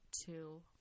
two